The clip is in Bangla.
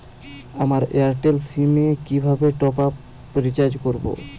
আমার এয়ারটেল সিম এ কিভাবে টপ আপ রিচার্জ করবো?